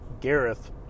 Gareth